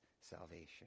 salvation